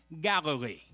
Galilee